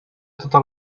totes